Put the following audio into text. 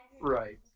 Right